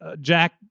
Jack